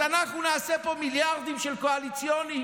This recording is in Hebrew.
אז אנחנו נעשה פה מיליארדים של קואליציוני,